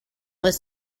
was